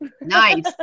nice